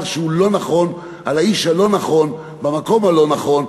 שהוא לא נכון על האיש הלא-נכון במקום הלא-נכון.